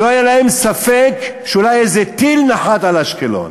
לא היה להם ספק שאיזה טיל נחת על אשקלון.